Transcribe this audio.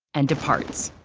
and departs.